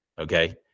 Okay